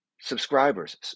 subscribers